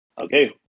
Okay